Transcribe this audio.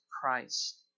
Christ